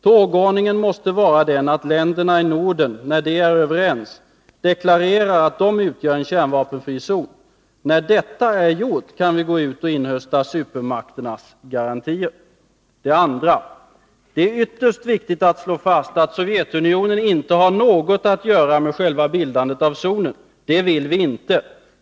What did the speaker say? ”Tågordningen måste vara den att länderna i Norden, när de är överens, deklarerar att de utgör en kärnvapenfri zon. När detta är gjort kan vi gå ut och inhösta supermakternas garantier ———.” 2. ”Det är ytterst viktigt att slå fast, att Sovjetunionen inte har något att göra med själva bildandet av zonen. Det vill vi inte.